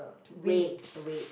red red